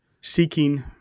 seeking